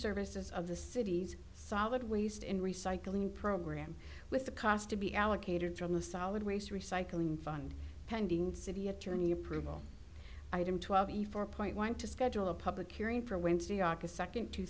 services of the city's solid waste in recycling program with the cost to be allocated from the solid waste recycling fund pending city attorney approval item twelve efore point want to schedule a public hearing for